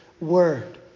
word